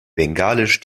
bengalisch